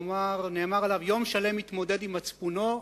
ונאמר עליו: יום שלם התמודד עם מצפונו,